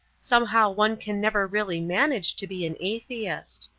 somehow one can never really manage to be an atheist.